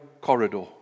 corridor